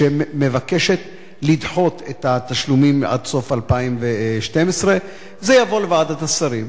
שמבקשת לדחות את התשלומים עד סוף 2012. זה יבוא לוועדת השרים,